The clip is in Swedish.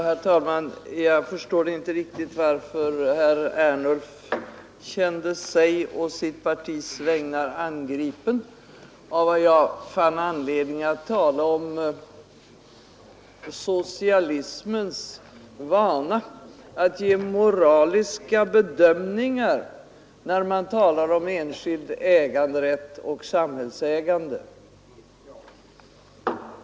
Herr talman! Jag förstår inte riktigt varför herr Ernulf kände sig på sitt partis vägnar angripen, när jag fann anledning att tala om socialismens vana att göra moraliska bedömningar när man talar om enskild äganderätt och samhällsägande.